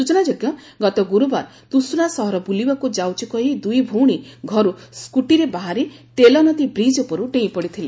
ସୂଚନାଯୋଗ୍ୟ ଗତ ଗୁରୁବାର ତୁଷୁରା ସହର ବୁଲିବାକୁ ଯାଉଛୁ କହି ଦୁଇଭଉଶୀ ଘରୁ ସ୍କୁଟିରେ ବାହାରି ତେଲ ନଦୀ ବ୍ରିଜ୍ ଉପରୁ ଡେଇଁପଡ଼ିଥିଲେ